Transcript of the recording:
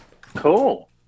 Cool